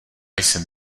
jsem